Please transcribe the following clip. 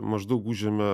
maždaug užėmė